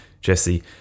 Jesse